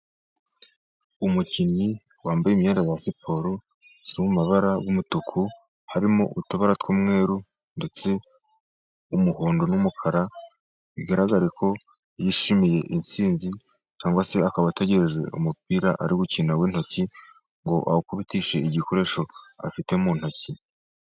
Umukinnyi wambaye imyenda ya siporo yo mu mabara y'umutuku, harimo utubara t'umweru, ndetse n'umuhondo, n'umukara. Bigaragare ko yishimiye intsinzi cyangwa se akaba ategereje umupira ari gukina w'intoki ngo awukubitishe igikoresho afite mu ntoki.